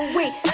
Wait